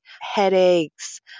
headaches